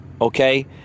okay